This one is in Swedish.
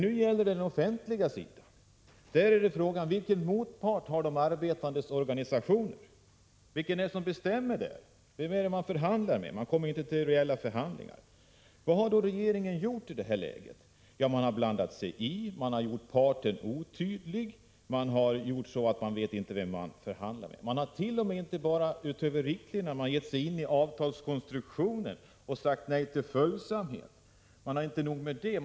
Nu gäller det emellertid den offentliga sidan. Vilken motpart har de arbetandes organisationer? Vem bestämmer där? Vem är det som organisationerna förhandlar med? De kommer inte till reella förhandlingar. Vad har då regeringen gjort i det här läget? Man har blandat sig i förhandlingarna, man har gjort parten otydlig. Man har gjort så att organisationerna inte vet vem de förhandlar med. Man har t.o.m. utöver riktlinjerna gett sig in i avtalskonstruktionen och sagt nej till följsamhet. Och inte nog med det.